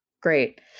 Great